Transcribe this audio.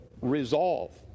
resolve